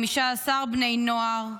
15 בני נוער,